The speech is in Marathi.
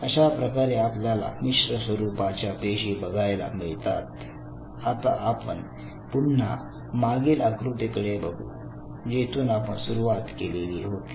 अशा प्रकारे आपल्याला मिश्र स्वरूपाच्या पेशी बघायला मिळतात आता आपण पुन्हा मागील आकृतीकडे बघू जेथून आपण सुरुवात केली होती